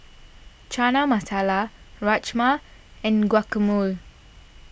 Chana Masala Rajma and Guacamole